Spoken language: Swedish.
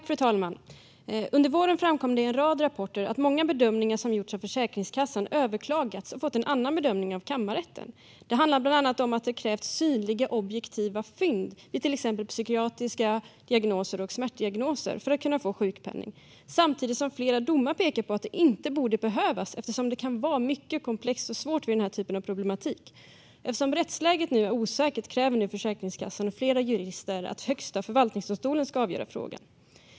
Fru talman! Under våren framkom det i en rad rapporter att många bedömningar som gjorts av Försäkringskassan har överklagats och fått en annan bedömning av kammarrätten. Det handlar bland annat om att det har krävts synliga, objektiva fynd vid till exempel psykiatriska diagnoser och smärtdiagnoser för att kunna få sjukpenning samtidigt som flera domar pekar på att det inte borde behövas eftersom det kan vara mycket komplext och svårt vid den här typen av problematik. Eftersom rättsläget är osäkert kräver nu Försäkringskassan och flera jurister att Högsta förvaltningsdomstolen ska avgöra frågan.